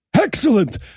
Excellent